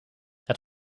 het